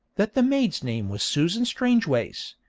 that the maid's name was susan strangeways,